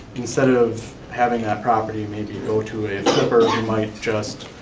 instead of having that property maybe go to a flipper, who might just,